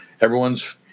everyone's